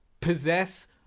possess